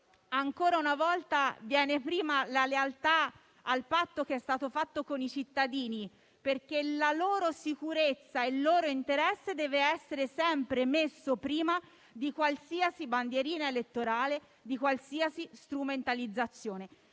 ancora una volta viene prima la lealtà al patto che è stato fatto con i cittadini, perché la loro sicurezza e il loro interesse deve essere sempre messo prima di qualsiasi bandierina elettorale, di qualsiasi strumentalizzazione.